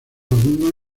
abundan